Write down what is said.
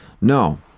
No